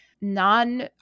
Non